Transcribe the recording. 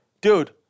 Dude